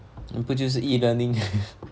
不就是 E learning